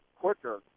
quicker